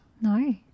No